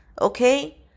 okay